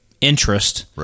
interest